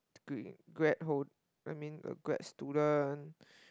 degree grad hold I mean a grad student